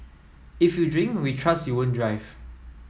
if you drink we trust you won't drive